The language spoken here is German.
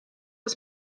des